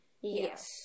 Yes